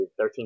13